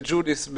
בג'וליס,